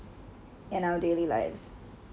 in our daily lives